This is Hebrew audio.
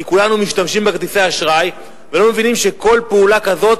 כי כולנו משתמשים בכרטיסי אשראי ולא מבינים שכל פעולה כזאת,